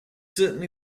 certainly